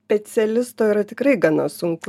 specialisto yra tikrai gana sunku